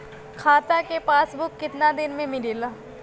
खाता के पासबुक कितना दिन में मिलेला?